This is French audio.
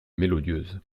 mélodieuses